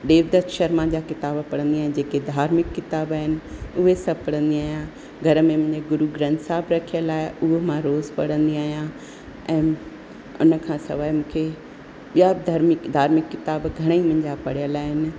देवदत शर्मा जा किताब पढ़ंदी आहियां जेके धार्मिक किताब आहिनि उहे सभु पढ़ंदी आहियां घर में मुंहिंजे गुरु ग्रंथ साहब रखियलु आहे उहे मां रोज़ु पढ़ंदी आहियां ऐं उन खां सवाइ मूंखे ॿिया बि धर्म धार्मिक किताब घणेई किताब मुंहिंजा पढ़ियल आहिनि